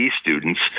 students